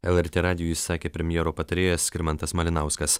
lrt radijui sakė premjero patarėjas skirmantas malinauskas